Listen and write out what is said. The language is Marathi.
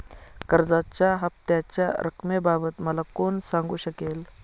कर्जाच्या हफ्त्याच्या रक्कमेबाबत मला कोण सांगू शकेल?